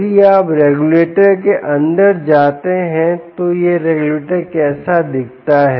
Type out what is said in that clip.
यदि आप रेगुलेटर के अंदर जाते हैं तो यह रेगुलेटर कैसा दिखता है